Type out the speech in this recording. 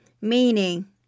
Meaning